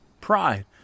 pride